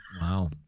Wow